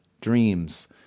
dreams